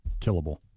killable